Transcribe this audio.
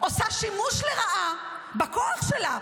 עושה שימוש לרעה בכוח שלה.